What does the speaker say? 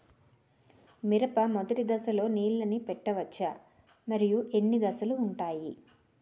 మిరప మొదటి దశలో నీళ్ళని పెట్టవచ్చా? మరియు ఎన్ని దశలు ఉంటాయి?